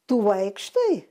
tu vaikštai